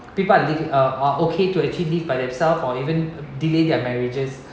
people are livin~ uh are okay to actually live by themselves or even delay their marriages